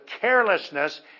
carelessness